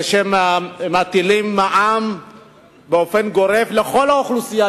כאשר מטילים מע"מ באופן גורף על כל האוכלוסייה,